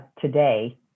today